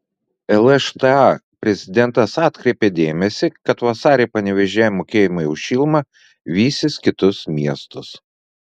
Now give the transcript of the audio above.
lšta prezidentas atkreipė dėmesį kad vasarį panevėžyje mokėjimai už šilumą vysis kitus miestus